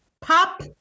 Pop